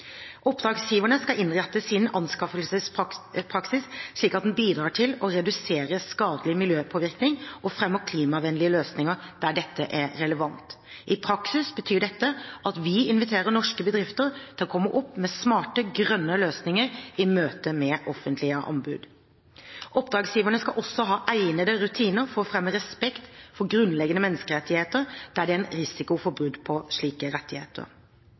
Oppdragsgiverne skal innrette sin anskaffelsespraksis slik at den bidrar til å redusere skadelig miljøpåvirkning og fremmer klimavennlige løsninger der dette er relevant. I praksis betyr dette at vi inviterer norske bedrifter til å komme opp med smarte, grønne løsninger i møte med offentlige anbud. Oppdragsgiverne skal også ha egnede rutiner for å fremme respekt for grunnleggende menneskerettigheter der det er en risiko for brudd på slike rettigheter.